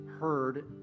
heard